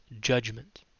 judgment